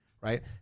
right